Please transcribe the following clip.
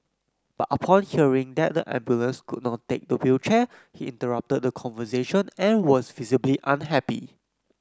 but upon hearing that the ambulance could not take the wheelchair he interrupted the conversation and was visibly unhappy